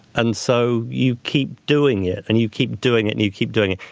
and so you keep doing it, and you keep doing it, and you keep doing it.